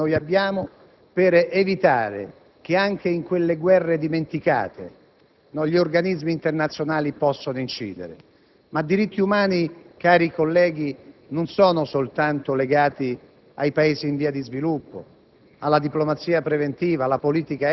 una grande e straordinaria occasione che abbiamo per far sì che anche nelle guerre dimenticate, gli organismi internazionali possano incidere. Ma i diritti umani, cari colleghi, non sono soltanto legati ai Paesi in via di sviluppo,